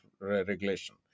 regulation